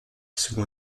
seconde